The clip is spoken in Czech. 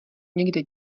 někde